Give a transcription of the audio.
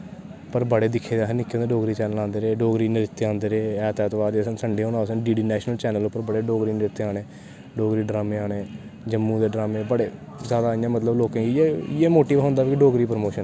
पर बड़े दिक्खे दे निक्के होंदे डोगरी चैन्नल आंदे रेह् ते डोगरी नृत्य आंदे रेह् ऐत ऐत बार जिस दिन संडं होना उस दिन डी डी नैशनल चैन्नल पर बड़े डोगरी नृत्य आने डोगरी ड्रामे आने जम्मू दे ड्रामे बड़े सनाना लोकें गी इयां मतलव इयै मोटिव होंदा कि डोगरी प्रमोशन